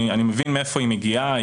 אני מבין מאיפה היא מגיעה,